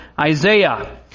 Isaiah